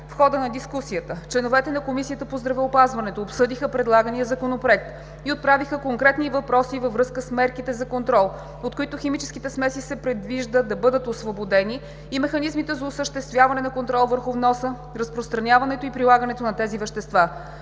В хода на дискусията членовете на Комисията по здравеопазването обсъдиха предлагания Законопроект и отправиха конкретни въпроси във връзка с мерките за контрол, от които химическите смеси се предвижда да бъдат освободени и механизмите за осъществяване на контрол върху вноса, разпространяването и прилагането на тези вещества.